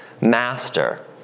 Master